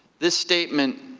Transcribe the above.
this statement,